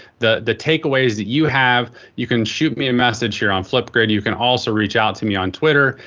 the the takeaways that you have. you can shoot me a message here on flipgrid. you can also reach out to me on twitter.